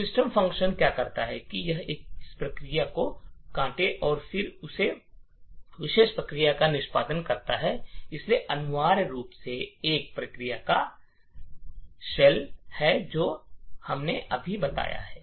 तो system function क्या करता है कि यह एक प्रक्रिया को कांटे और फिर उस विशेष प्रक्रिया को निष्पादित करता है इसलिए अनिवार्य रूप से इस 1 प्रक्रिया का बच्चा वह खोल है जिसे हमने अभी बनाया है